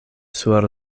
sur